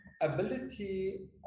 ability